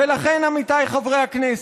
ולכן, עמיתיי חברי הכנסת,